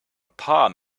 palm